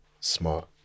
smart